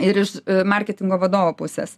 ir iš marketingo vadovo pusės